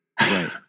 Right